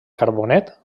carbonet